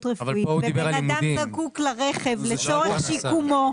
רפואית ובן אדם זקוק לרכב לצורך שיקומו,